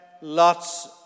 lots